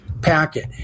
packet